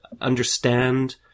understand